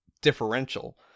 differential